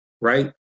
right